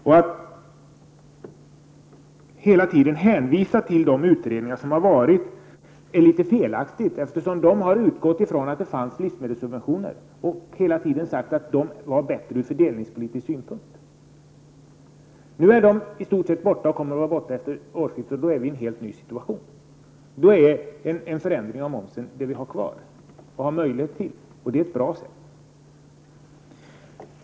Att hela tiden hänvisa till de utredningar som gjorts är litet felaktigt, eftersom dessa har utgått från att det fanns livsmedelssubventioner och ansett att sådana är bättre ur fördelningspolitisk synpunkt. Efter årsskiftet kommer det inte att finnas några livsmedelssubventioner, och då har vi en helt ny situation. Då är en ändring av momsen vad vi har kvar att arbeta med, och det är rätt bra fördelningspolitiskt instrument.